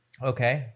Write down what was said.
Okay